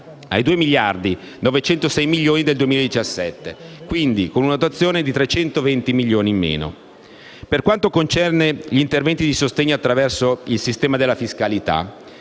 ai 2.906 miliardi del 2017, e quindi con una dotazione di 320 milioni in meno. Per quanto concerne gli interventi di sostegno, attraverso il sistema della fiscalità,